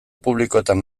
publikoetan